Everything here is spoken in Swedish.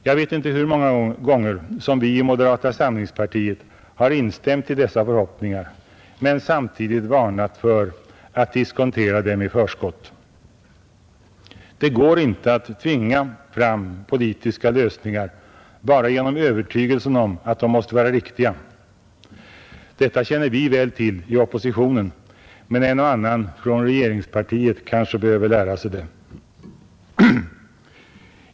Jag vet inte hur många gånger som vi i moderata samlingspartiet har instämt i dessa förhoppningar men samtidigt varnat för att diskontera dem i förskott. Det går inte att tvinga fram politiska lösningar bara genom övertygelsen om att de måste vara riktiga. Detta känner vi väl till inom oppositionen, men en och annan inom regeringspartiet kan kanske behöva lära sig det.